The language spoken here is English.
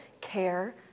care